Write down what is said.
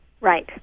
Right